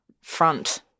front